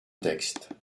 texte